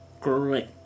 great